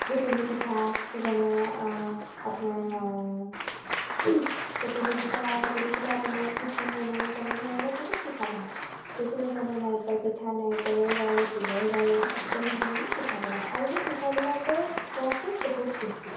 সুতুলি পিঠা যেনে আপোনাৰ সুতুলি পিঠা সুতুলি পিঠা বনায় ইডলি বনায় তেনেধৰণে বহুত পিঠা বনায় বিভিন্ন ধৰণৰ নাৰিকল পিঠা নাৰিকলৰ লাড়ু তিলৰ লাড়ু তেনেধৰণে পিঠা বনায় আৰু সেই পিঠাবিলাকৰ সোৱাদটো বহুত বেছি